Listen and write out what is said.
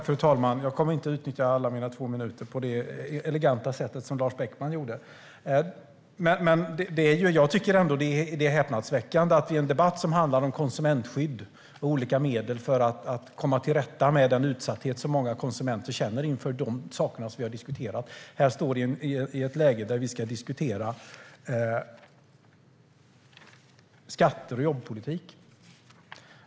Fru talman! Jag kommer inte att utnyttja båda mina två minuter på det eleganta sätt som Lars Beckman gjorde. Det är häpnadsväckande att i en debatt som handlar om konsumentskydd och olika medel för att komma till rätta med den utsatthet som många konsumenter känner inför de frågor vi har diskuterat står vi i ett läge där vi ska debattera skatter och jobbpolitik.